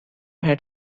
had